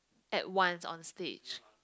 at once on stage